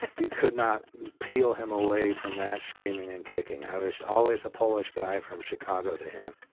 you could not peel him away from that, screaming and kicking. i was always a polish guy from chicago to him.